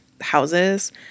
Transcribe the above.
houses